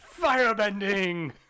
firebending